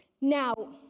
Now